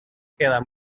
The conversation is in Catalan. queda